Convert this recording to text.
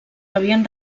havien